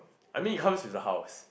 I mean it comes to the house